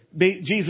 Jesus